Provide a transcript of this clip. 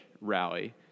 rally